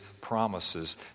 promises